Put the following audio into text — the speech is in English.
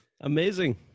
Amazing